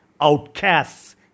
outcasts